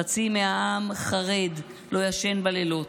חצי מהעם חרד, לא ישן בלילות.